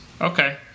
Okay